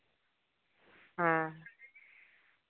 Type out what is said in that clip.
ᱦᱮᱸ